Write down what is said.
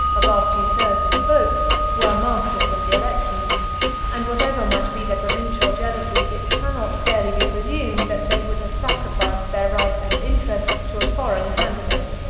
above two thirds of the votes, were masters of the election and whatever might be their provincial jealousies, it cannot fairly be presumed that they would have sacrificed their right and interest to a foreign candidate,